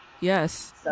Yes